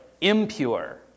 impure